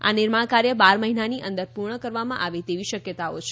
આ નિર્માણ કાર્ય બાર મહિનાની અંદર પૂર્ણ કરવામાં આવે તેવી શક્યતાઓ છે